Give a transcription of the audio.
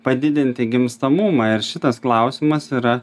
padidinti gimstamumą ir šitas klausimas yra